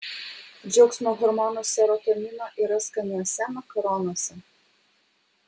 džiaugsmo hormono serotonino yra skaniuose makaronuose